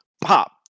pop